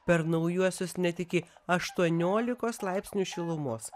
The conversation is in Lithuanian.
per naujuosius net iki aštuoniolikos laipsnių šilumos